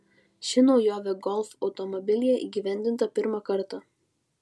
ši naujovė golf automobilyje įgyvendinta pirmą kartą